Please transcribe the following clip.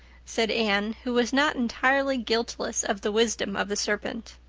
said anne, who was not entirely guiltless of the wisdom of the serpent,